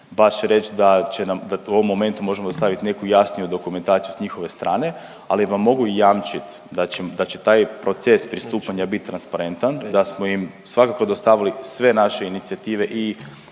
baš reći da će nam, da u ovom momentu možemo dostaviti neku jasniju dokumentaciju sa njihove strane ali vam mogu jamčiti da će taj proces pristupanja biti transparentan, da smo im svakako dostavili sve naše inicijative i